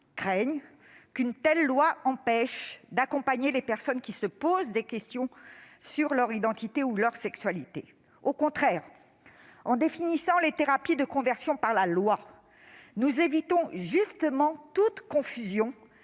craignent qu'une telle disposition n'empêche d'accompagner les personnes qui s'interrogent sur leur identité ou leur sexualité. Au contraire, en définissant les thérapies de conversion dans la loi, nous évitons toute confusion